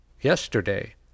Yesterday